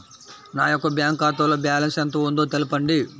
నా యొక్క బ్యాంక్ ఖాతాలో బ్యాలెన్స్ ఎంత ఉందో తెలపండి?